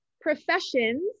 professions